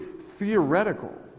theoretical